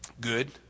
good